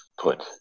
Put